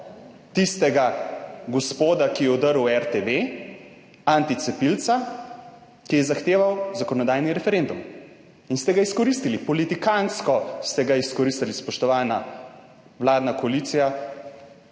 tistega gospoda, ki je vdrl v RTV, anticepilca, ki je zahteval zakonodajni referendum in ste ga izkoristili. Politikantsko ste ga izkoristili, spoštovana vladna koalicija,